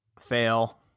Fail